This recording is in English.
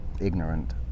ignorant